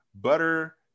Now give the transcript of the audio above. butter